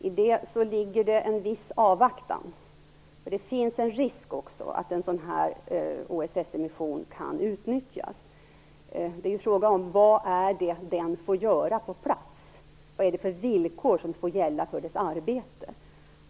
I det ligger en viss avvaktan. Det finns en risk för att en sådan här OSSE-mission kan utnyttjas. Det är ju fråga om vad den får göra på plats. Vilka villkor kommer att gälla för dess arbete?